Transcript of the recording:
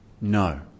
No